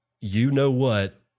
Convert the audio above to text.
you-know-what